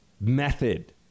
Method